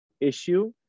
issue